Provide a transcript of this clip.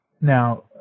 now